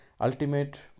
ultimate